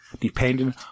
depending